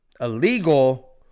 illegal